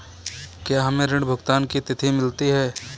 क्या हमें ऋण भुगतान की तिथि मिलती है?